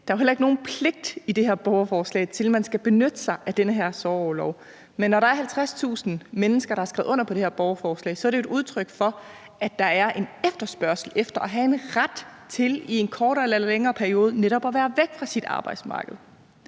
der er jo heller ikke nogen pligt i det her borgerforslag til, at man skal benytte sig af den her sorgorlov. Men når der er 50.000 mennesker, der har skrevet under på det her borgerforslag, er det jo et udtryk for, at der er en efterspørgsel efter at have en ret til i en kortere eller længere periode netop at være væk fra sit arbejde